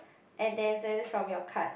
and ten cents from your card